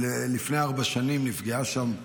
לפני ארבע שנים נפגעה שם ילדה,